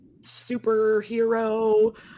superhero